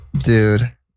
Dude